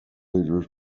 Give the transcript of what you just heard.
leaders